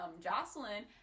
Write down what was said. Jocelyn